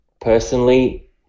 personally